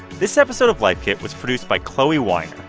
this episode of life kit was produced by chloee weiner.